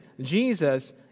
Jesus